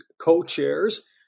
co-chairs